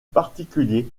particuliers